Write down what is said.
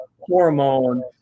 hormone